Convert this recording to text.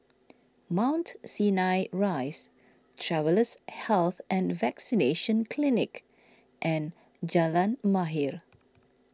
Mount Sinai Rise Travellers' Health and Vaccination Clinic and Jalan Mahir